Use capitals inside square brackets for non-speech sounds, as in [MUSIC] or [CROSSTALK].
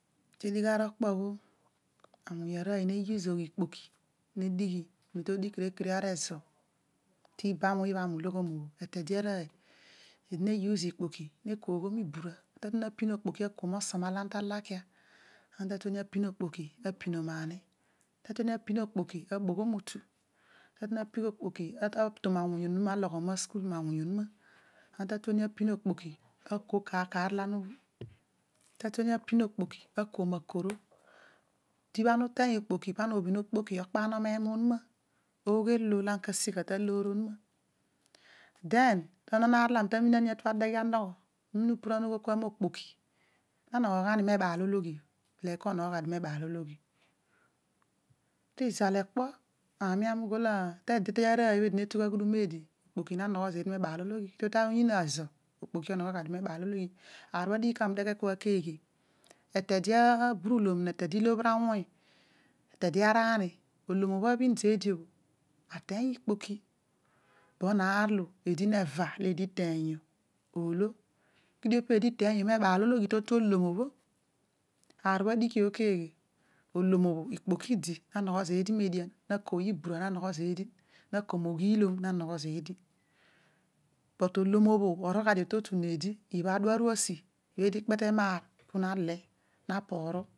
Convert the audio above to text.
Ti digh ara okpo obho awuny arooy na use zagh ari ikpoki ne dighi oghom needighi mi to adigh kene kere ari zo. Li bam obho obho ami uloghom mobho eete de arooy aadi na use ikpoki na kuo ghoom ibura, apin okpoki akuom osuma olo ana ta laki a, ana tatue ni apin okpoki aboghom otu, ana ta tueni apin okpoki nton awuny onuma masukul, noghom awuny onuma mabukul ama tapin okpoki aki kar kar olo ana ana tuen apin okpok akuom akoro, tibha ana uteeny okpuk, pana ubhin okpok, okpana enu onuma ogho e lo olo ana ku sigha to loor onuma den tonon aar olo ami tue ni adeghe alogh, ana upuruan aghol, okpoki na nogho gha ni meebaalologhi, bele lao nogho gha dio [UNINTELLIGIBLE] meehaalo loghi, teizal okpo, ami ami ughol etede arooy ne tugh aghudum eedi okpoki na nogho zeedi no abaalologhi, toyiin ezo okpoki onogho gha dia meehaalologhi ani obho adighi kami uneghe lana lao aghi atede aburulom ne etede ilobhir awuny etede arani, olom obho abhin zeedi obho ateeny ikpoki bobo aar olo eedi neva olo eedi teenipio olo keedi needi iteenyio ineebaalologhi totu olom obho ani obho adigh bho keghe olom bho ikpoki idi na nogho. Zeedi meedian nakoay ibura na noghooy zeedi na ko mooghiil om na nogho zeedi, but olom obho orol gha dio totu needi, ibha adua, aru asi eedi ikpete maar podi na le naporu.